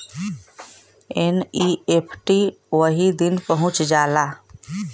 NEFT वही दिन पहुंच जाला